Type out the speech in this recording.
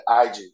IG